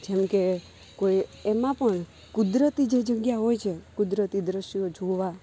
જેમકે કોઈ એમાં પણ કુદરતી જે જગ્યા હોય છે કુદરતી દૃશ્યો જોવા